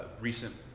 recent